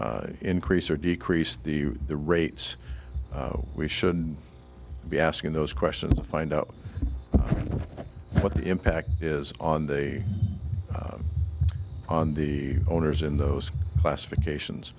to increase or decrease the the rates we should be asking those questions and find out what the impact is on the on the owners in those classifications